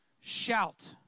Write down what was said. Shout